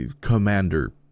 commander